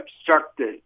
obstructed